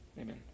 Amen